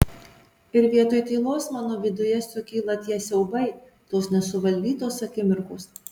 ir vietoj tylos mano viduje sukyla tie siaubai tos nesuvaldytos akimirkos